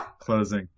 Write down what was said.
Closing